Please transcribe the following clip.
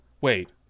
wait